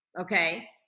Okay